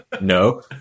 No